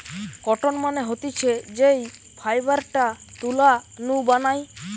cotton মানে হতিছে যেই ফাইবারটা তুলা নু বানায়